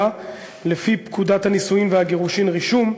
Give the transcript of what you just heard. לפי פקודת הנישואין והגירושין (רישום),